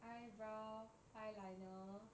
eyebrow eyeliner